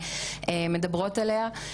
וכאלה שגם מומצאים,